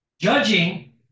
judging